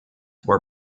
were